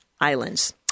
Islands